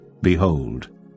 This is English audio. Behold